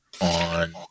on